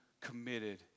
committed